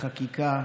בבקשה.